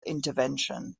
intervention